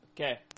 Okay